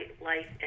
life